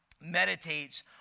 meditates